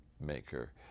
maker